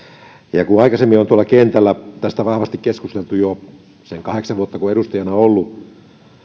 ja kun aikaisemmin on kentällä tästä vahvasti keskusteltu kuljetusyrittäjien kanssa jo sen kahdeksan vuotta jonka edustajana olen ollut